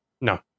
No